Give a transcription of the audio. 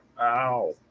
Ow